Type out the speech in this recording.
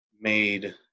made